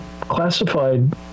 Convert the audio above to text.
classified